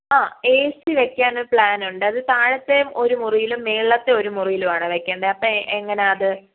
ആ A C വെയ്ക്കൻ പ്ലാനൊണ്ട് അത് താഴത്തെ ഒരു മുറീലും മുകളിലത്തെ ഒരു മുറീലുവാണ് വയ്ക്കേണ്ടത് അപ്പം എങ്ങനാത്